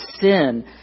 sin